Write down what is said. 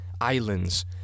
Islands